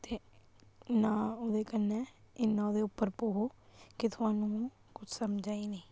ते ना ओह्दे कन्नै इन्ना ओह्दे उप्पर पवो कि थुआनु कुछ समझै ई नी